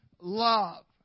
love